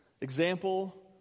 example